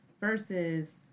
Versus